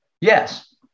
Yes